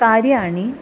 कार्याणि